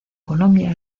colombia